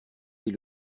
des